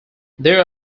they